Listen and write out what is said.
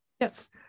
Yes